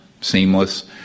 seamless